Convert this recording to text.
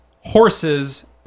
horses